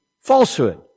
falsehood